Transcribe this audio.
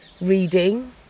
reading